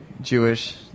Jewish